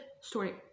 story